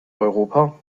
europa